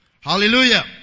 hallelujah